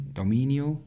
domínio